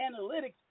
analytics